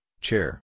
chair